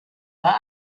war